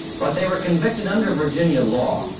but they were convicted under virginia law,